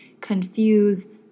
confuse